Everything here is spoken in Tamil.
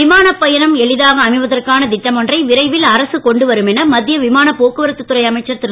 விமான பயணம் எளிதாக அமைவதற்கான திட்டம் ஒன்றை விரைவில் அரசு கொண்டு வரும் என மத்திய விமானப் போக்குவரத்து துறை அமைச்சர் திரு